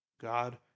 God